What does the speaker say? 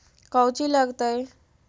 कौची लगतय?